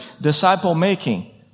disciple-making